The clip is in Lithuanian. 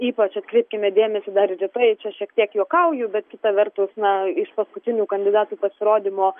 ypač atkreipkime dėmesį dar ir į tai čia šiek tiek juokauju bet kita vertus na iš paskutinių kandidatų pasirodymo